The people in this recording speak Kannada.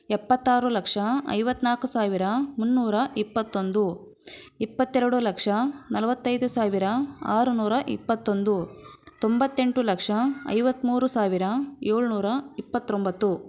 ಎಪ್ಪತ್ತಾರು ಲಕ್ಷ ಐವತ್ತ್ನಾಲ್ಕು ಸಾವಿರ ಮುನ್ನೂರ ಇಪ್ಪತ್ತೊಂದು ಇಪ್ಪತ್ತೆರಡು ಲಕ್ಷ ನಲವತ್ತೈದು ಸಾವಿರ ಆರು ನೂರ ಇಪ್ಪತ್ತೊಂದು ತೊಂಬತ್ತೆಂಟು ಲಕ್ಷ ಐವತ್ತ್ಮೂರು ಸಾವಿರ ಏಳ್ನೂರ ಇಪ್ಪತ್ತೊಂಬತ್ತು